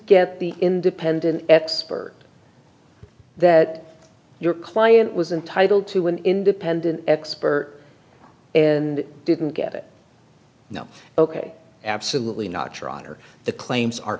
get the independent expert that your client was entitled to an independent expert and didn't get it no ok absolutely not your honor the claims are